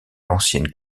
l’ancienne